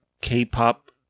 K-pop